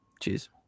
Cheers